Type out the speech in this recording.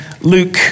Luke